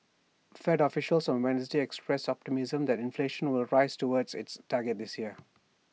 fed officials on Wednesday expressed optimism that inflation will rise towards its target this year